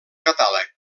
catàleg